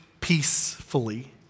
peacefully